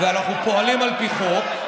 אנחנו פועלים על פי חוק,